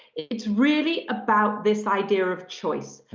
it's really about this idea of choice.